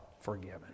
forgiven